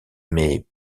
mais